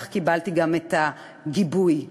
קיבלתי גם את הגיבוי.